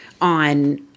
on